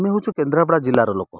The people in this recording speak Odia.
ଆମେ ହଉଛୁ କେନ୍ଦ୍ରାପଡ଼ା ଜିଲ୍ଲାର ଲୋକ